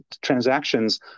transactions